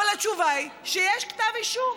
אבל התשובה היא שיש כתב אישום.